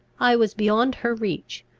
i was beyond her reach,